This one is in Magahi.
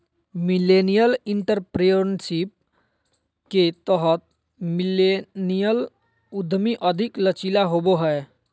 मिलेनियल एंटरप्रेन्योरशिप के तहत मिलेनियल उधमी अधिक लचीला होबो हय